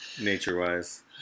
nature-wise